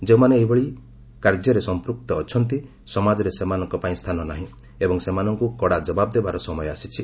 ଯେଉଁମାନେ ଏଭଳିସବୁ କାର୍ଯ୍ୟରେ ସଂପୃକ୍ତ ଅଛନ୍ତି ସମାଜରେ ସେମାନଙ୍କ ପାଇଁ ସ୍ଥାନ ନାହିଁ ଏବଂ ସେମାନଙ୍କୁ କଡ଼ା ଜବାବ ଦେବାର ସମୟ ଆସିଛି